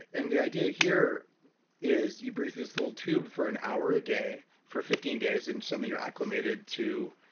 and the idea here is you breath this little tube for an hour a day for fifteen days and suddenly you're acclimated to,